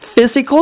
physical